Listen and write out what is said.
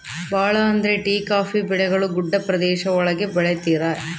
ಭಾಳ ಅಂದ್ರೆ tea coffee ಬೆಳೆಗಳು ಗುಡ್ಡ ಪ್ರದೇಶ ಒಳಗ ಬೆಳಿತರೆ